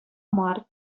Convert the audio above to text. мар